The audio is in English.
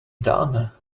done